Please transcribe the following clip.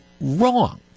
wrong